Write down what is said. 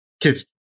kids